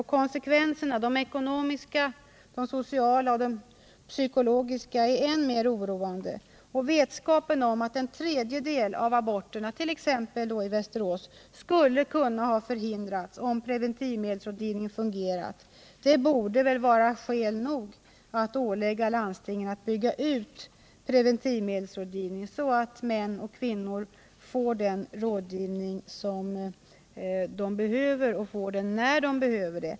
Och konsekvenserna, de ekonomiska, sociala och psykologiska, är än mer oroande, och vetskapen om att en tredjedel av aborterna, i t.ex. Västervik, skulle ha kunnat förhindras om preventivmedelsrådgivningen fungerat, borde väl vara skäl nog för att ålägga landstingen att bygga ut preventivmedelsrådgivningen så att män och kvinnor får den rådgivning de behöver — och får den när de behöver den.